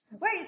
Wait